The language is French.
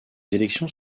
élections